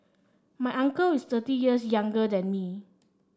my uncle is thirty years younger than me